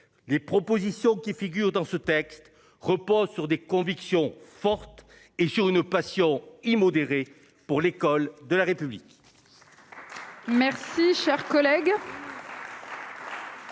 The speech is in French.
les propositions qui figurent dans ce texte repose sur des convictions fortes et sur une passion immodérée pour l'école de la République.